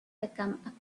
become